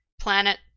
planet